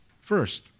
First